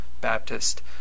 Baptist